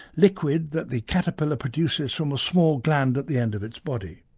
liquid that the caterpillar produces from a small gland at the end of its body.